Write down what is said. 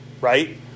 Right